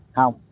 Không